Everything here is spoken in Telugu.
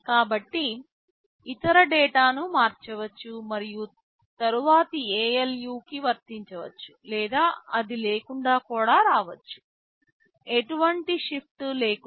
కాబట్టి ఇతర డేటాను మార్చవచ్చు మరియు తరువాత ALU కి వర్తించవచ్చు లేదా అది లేకుండా కూడా రావచ్చు ఎటువంటి షిప్ట్ లేకుండా